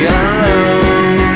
alone